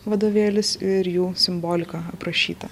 vadovėlis ir jų simbolika aprašyta